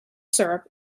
syrup